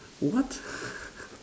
what